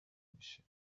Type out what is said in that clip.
میشه